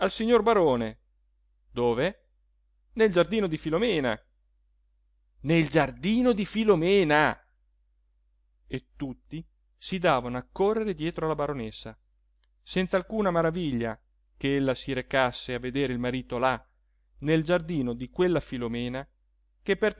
signor barone dove nel giardino di filomena nel giardino di filomena e tutti si davano a correre dietro alla baronessa senz'alcuna maraviglia che ella si recasse a vedere il marito là nel giardino di quella filomena che